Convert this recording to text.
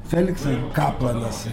feliksas kaplanas